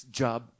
job